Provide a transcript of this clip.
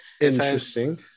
interesting